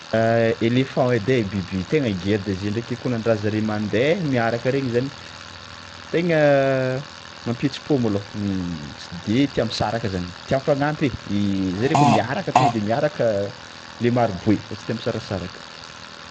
Elephant edy ai biby tegna geda zio ndraiky kôa nandraha zare mandeha miaraka regny zany tegna mampihetsi-po malôha tsy de tia misaraka zany tia mifagnampy e, i zareo koa miaraka tonga de miaraka le maro boe fa tsy tia misarasaraka.